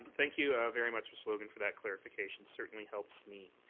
thank you very much, mr. logan, for that clarification. certainly helps me.